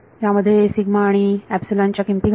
यामध्ये आणि च्या किमती घाला